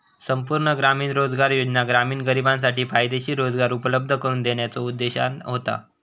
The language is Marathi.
संपूर्ण ग्रामीण रोजगार योजना ग्रामीण गरिबांसाठी फायदेशीर रोजगार उपलब्ध करून देण्याच्यो उद्देशाने होता